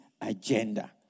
agenda